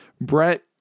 brett